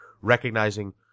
recognizing